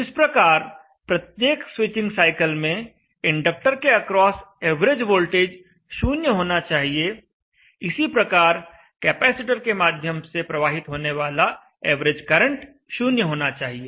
जिस प्रकार प्रत्येक स्विचिंग साइकिल में इंडक्टर के अक्रॉस एवरेज वोल्टेज शून्य होना चाहिए इसी प्रकार कैपेसिटर के माध्यम से प्रवाहित होने वाला एवरेज करंट शून्य होना चाहिए